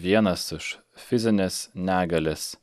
vienas iš fizinės negalės